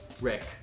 Rick